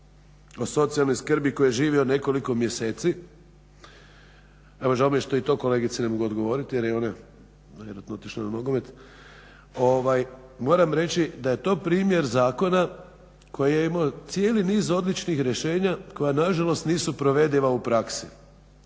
o socijalnoj skrbi koji živio nekoliko mjeseci, evo žao mi je što i to kolegici ne mogu odgovoriti jer je ona vjerojatno otišla na nogomet, moram reći da je to primjer zakona koji je imao cijeli niz odličnih rješenja koja nažalost nisu provediva u praksi.